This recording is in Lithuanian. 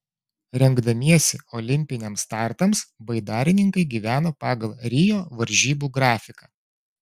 rengdamiesi olimpiniams startams baidarininkai gyveno pagal rio varžybų grafiką